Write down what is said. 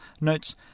notes